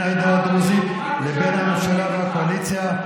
העדה הדרוזית לבין הממשלה והקואליציה,